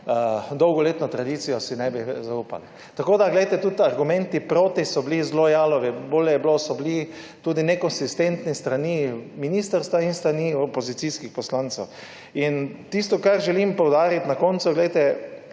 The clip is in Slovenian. dolgoletno tradicijo, si ne bi zaupali. Tudi argumenti proti so bili zelo jalovi. Bili so tudi nekonsistentni s strani ministrstva in s strani opozicijskih poslancev. Tisto, kar želim poudariti na koncu,